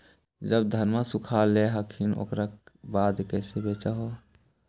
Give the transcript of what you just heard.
जब धनमा सुख ले हखिन उकर बाद कैसे बेच हो?